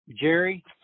Jerry